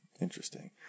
Interesting